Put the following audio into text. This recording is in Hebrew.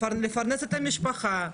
לפרנס את המשפחה,